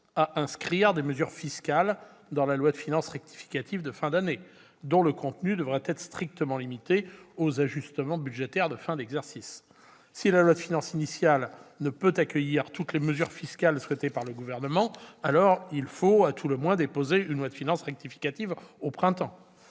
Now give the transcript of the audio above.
à inscrire des mesures fiscales dans la loi de finances rectificative de fin d'année, dont le contenu devrait être strictement limité aux ajustements budgétaires de fin de gestion. Si la loi de finances initiale ne peut accueillir toutes les mesures fiscales souhaitées par le Gouvernement, alors il faut à tout le moins déposer une loi de finances rectificative au printemps.